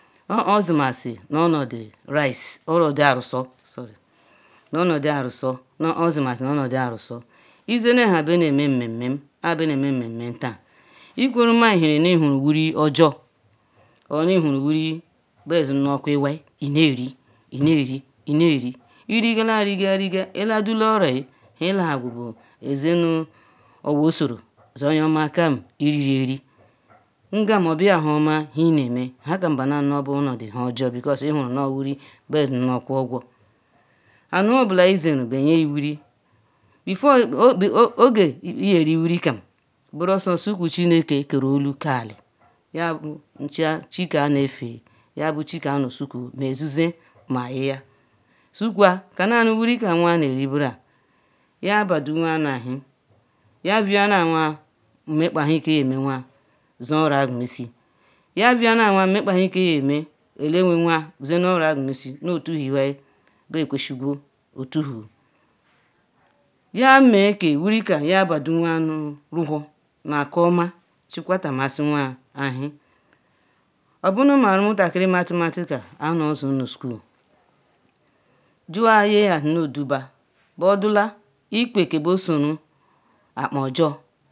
yakpo odimasi nu ondi Rice onodi Arusu. Izine ha benemenmeme taan, nkuruma Ihe nu Ihuru wuri ojor or nchuru wuri bedia nu okuiwai neri, Ineri neribneri, irigala rigala Iladudenuoroyi Ihelawugu bu Ize owo-esuru zoyoma kam Iririeri ngam obia huoma neme nhukam banan nuonodi nhuojor because nu Ihuru nu obu wuri bezia nu okuogwu. Hanuobula Iziru be yewuri before, oge Iyeriwuri gam gbaraozor suku chineke keru elu ke ali yabu chi ka ayinefee, yabuchika anyi nu osuku ma ozizi ma aheya sukwa kanu nu wuri kam awuya neri nbran yabadu awuya newhi yavuya laawuya nmekpa ewhi ke yemeawuya so oroegwumeisi yavuyala awuya nmekpaewhua ke yeme omu-awaya zioro eqwumeisi so nu otuwho Iwai bekwesogo otuwho, yame a wurikan yabadu-anwaa ruwhor ma akaoma chekwalamasiwaa ewhi. Obunuma omutakiri omumati mati kam anuozo nu school jiwu yadi nodu baa badula Ikwe ke besoru akpan ojor